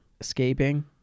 escaping